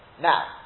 Now